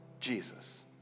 Jesus